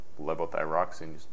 levothyroxine